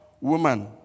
Woman